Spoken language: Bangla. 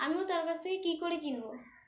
আমিও তারার কাছে থেকে কী করে কিনবো